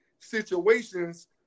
situations